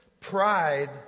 Pride